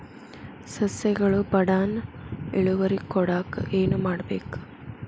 ಸಸ್ಯಗಳು ಬಡಾನ್ ಇಳುವರಿ ಕೊಡಾಕ್ ಏನು ಮಾಡ್ಬೇಕ್?